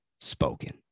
spoken